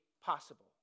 possible